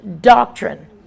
doctrine